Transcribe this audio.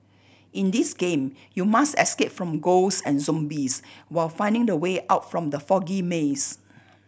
in this game you must escape from ghosts and zombies while finding the way out from the foggy maze